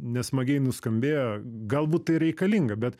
nesmagiai nuskambėjo galbūt tai reikalinga bet